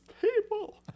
people